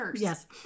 Yes